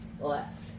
Left